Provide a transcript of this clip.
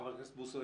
חבר הכנסת בוסו,